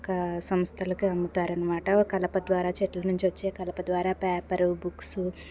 ఒక సంస్థలకి అమ్ముతారన్నమాట కలప ద్వారా చెట్టు నుంచి వచ్చే కలప ద్వారా పేపరు బుక్స్